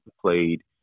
Played